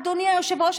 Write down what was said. אדוני היושב-ראש,